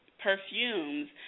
perfumes